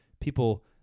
people